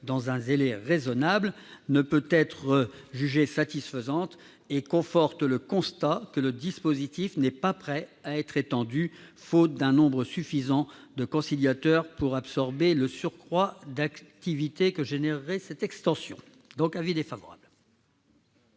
dans un délai raisonnable, ne peut être jugée satisfaisante et conforte le constat que le dispositif n'est pas prêt à être étendu, faute d'un nombre suffisant de conciliateurs pour absorber le surcroît d'activité qui résulterait de cette extension. L'avis de